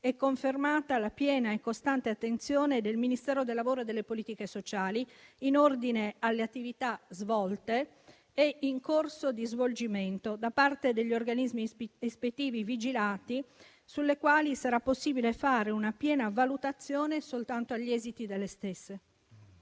confermata la piena e costante attenzione del Ministero del lavoro e delle politiche sociali in ordine alle attività svolte e in corso di svolgimento da parte degli organismi ispettivi vigilati, sulle quali sarà possibile fare una piena valutazione soltanto agli esiti delle stesse.